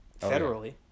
Federally